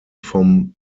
vom